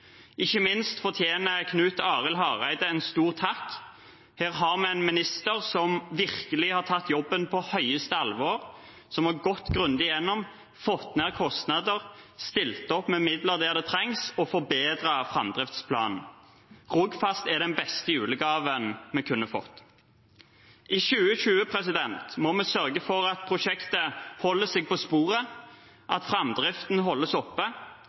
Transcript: Ikke minst fortjener Knut Arild Hareide en stor takk. Her har vi en minister som virkelig har tatt jobben på høyeste alvor, som har gått grundig gjennom, fått ned kostnader, stilt opp med midler der det trengs, og forbedret framdriftsplanen. Rogfast er den beste julegaven vi kunne fått. I 2021 må vi sørge for at prosjektet holder seg på sporet, at framdriften holdes oppe,